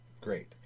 Great